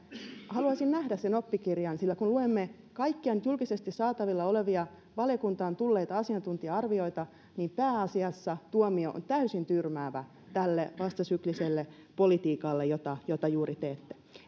haluaisin nähdä sen oppikirjan sillä kun luemme kaikkia nyt julkisesti saatavilla olevia valiokuntaan tulleita asiantuntija arvioita niin pääasiassa tuomio on täysin tyrmäävä tälle vastasykliselle politiikalle jota juuri teette